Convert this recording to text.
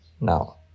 Now